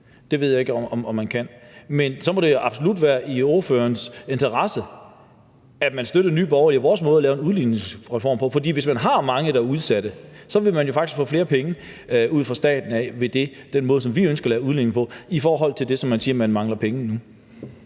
Det ved jeg ikke om man kan. Men så må det absolut være i ordførerens interesse, at man støtter Nye Borgerlige i vores måde at lave en udligningsreform på, for hvis man har mange, der er udsatte, så vil man faktisk få flere penge fra staten ved at bruge den måde, vi ønsker at lave udligning på, i forhold til at man siger, at man nu mangler penge.